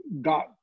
got